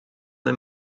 mae